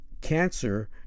cancer